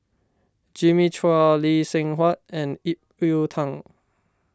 Jimmy Chua Lee Seng Huat and Ip Yiu Tung